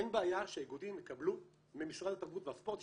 אין בעיה שהאיגודים יקבלו ממשרד התרבות והספורט,